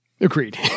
Agreed